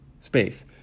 space